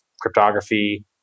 cryptography